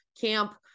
camp